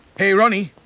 hey, ronnie?